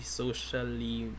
socially